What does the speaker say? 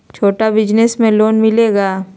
छोटा बिजनस में लोन मिलेगा?